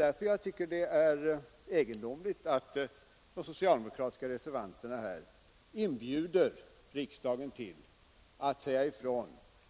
Därför tycker jag det är egendomligt att de socialdemokratiska reservanterna inbjuder riksdagen till att säga